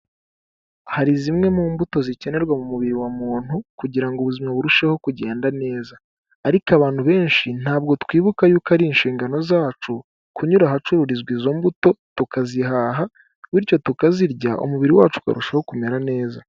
Hari zimwe mu mbuto zikenerwa mu mubiri wa muntu kugira ngo ubuzima burusheho kugenda neza, ariko abantu benshi ntabwo twibuka yuko ari inshingano zacu, kunyura ahacururizwa izo mbuto, tukazihaha, bityo tukazirya umubiri wacu ukarushaho kumera neza.